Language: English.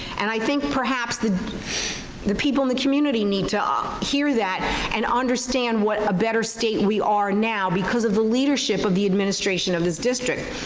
and i think perhaps the the people in the community need to hear that and understand what ah better state we are now because of the leadership of the administration of this district.